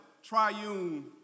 triune